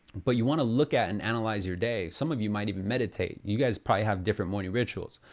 but you want to look at and analyze your day. some of you might even meditate. you guys probably have different morning rituals.